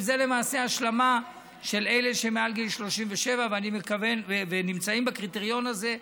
וזו למעשה השלמה של אלה שמעל גיל 37 ונמצאים בקריטריון הזה,